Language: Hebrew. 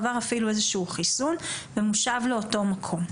עבר אפילו איזשהו חיסון ומושב לאותו מקום,